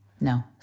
No